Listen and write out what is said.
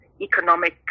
economic